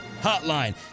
hotline